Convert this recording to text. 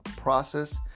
process